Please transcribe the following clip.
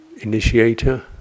initiator